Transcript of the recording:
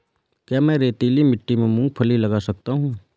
क्या मैं रेतीली मिट्टी में मूँगफली लगा सकता हूँ?